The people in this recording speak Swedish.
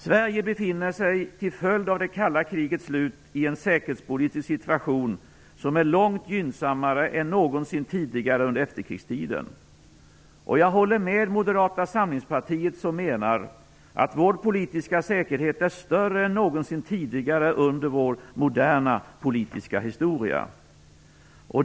Sverige befinner sig till följd av det kalla krigets slut i en säkerhetspolitisk situation som är långt gynnsammare än någonsin tidigare under efterkrigstiden. Jag håller med Moderata samlingspartiet som menar att vår politiska säkerhet är större än någonsin tidigare under vår moderna politiska historia.